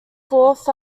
fourth